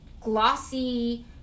glossy